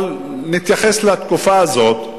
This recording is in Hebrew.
אבל נתייחס לתקופה הזאת,